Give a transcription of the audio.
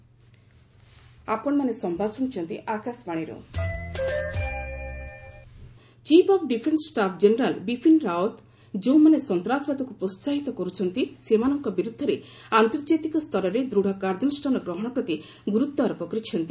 Rawat terrorism chief of defence staff general Bipin Rawat ଯେଉଁମାନେ ସନ୍ତାସବାଦକୁ ପ୍ରୋସାହିତ କରୁଛନ୍ତି ସେମାନଙ୍କ ବିରୁଦ୍ଧରେ ଆନ୍ତର୍ଜାତିକ ସ୍ତରରେ ଦୂଢ଼ କାର୍ଯ୍ୟାନୁଷ୍ଠାନ ଗ୍ରହଣ ପ୍ରତି ଗୁରୁତ୍ୱ ଆରୋପ କରିଛନ୍ତି